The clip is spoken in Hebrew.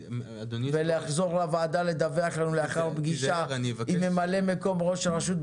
ולחזור לוועדה לדווח לנו לאחר פגישה עם מ"מ ראש הרשות,